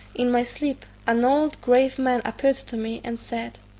in my sleep an old grave man appeared to me, and said,